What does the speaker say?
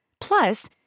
Plus